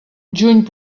juny